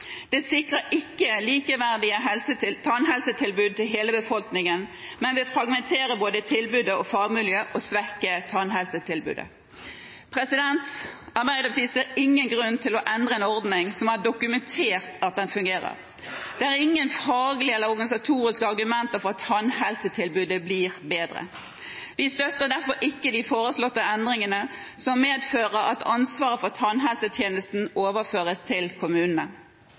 Det sikrer ikke likeverdige tannhelsetilbud til hele befolkningen, men vil fragmentere både tilbud og fagmiljø og svekke tannhelsetilbudet. Arbeiderpartiet ser ingen grunn til å endre en ordning som har dokumentert at den fungerer. Det er ingen faglige eller organisatoriske argumenter for at tannhelsetilbudet blir bedre. Vi støtter derfor ikke de foreslåtte endringene som medfører at ansvaret for tannhelsetjenesten overføres til kommunene.